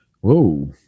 whoa